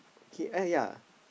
K eh yea